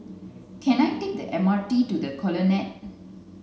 can I take the M R T to the Colonnade